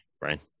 Right